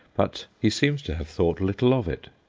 but he seems to have thought little of it.